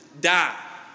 die